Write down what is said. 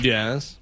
Yes